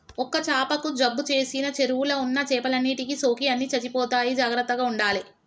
ఒక్క చాపకు జబ్బు చేసిన చెరువుల ఉన్న చేపలన్నిటికి సోకి అన్ని చచ్చిపోతాయి జాగ్రత్తగ ఉండాలే